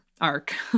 arc